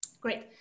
Great